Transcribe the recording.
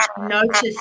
notice